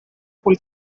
full